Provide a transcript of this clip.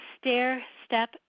stair-step